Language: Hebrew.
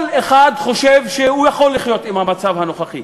כל אחד חושב שהוא יכול לחיות עם המצב הנוכחי.